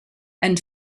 and